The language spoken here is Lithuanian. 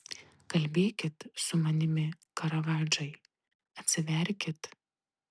kalbėkit su manimi karavadžai atsiverkit